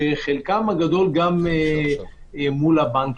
וחלקם הגדול גם מול הבנקים.